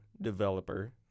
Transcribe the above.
developer